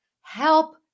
help